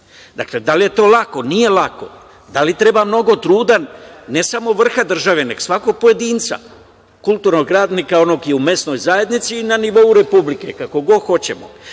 Dakle, da li je to lako? Nije lako. Da li treba mnogo truda ne samo vrha države, nego svakog pojedinca, kulturnog radnika i onog u mesnoj zajednici i na nivou Republike, kako god hoćemo. Tačno